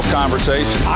conversation